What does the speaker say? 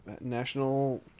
national